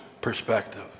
perspective